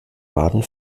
baden